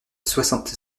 soixante